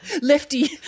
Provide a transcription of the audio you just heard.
Lefty